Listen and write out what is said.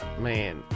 man